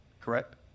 correct